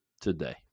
today